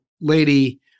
lady